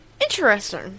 Interesting